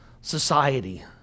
society